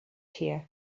here